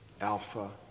Alpha